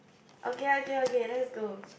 okay okay okay let's go